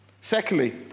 Secondly